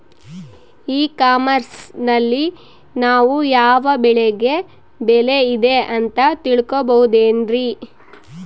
E commerce ನಲ್ಲಿ ನಾವು ಯಾವ ಬೆಳೆಗೆ ಬೆಲೆ ಇದೆ ಅಂತ ತಿಳ್ಕೋ ಬಹುದೇನ್ರಿ?